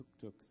tuk-tuks